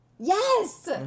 Yes